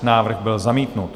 Návrh byl zamítnut.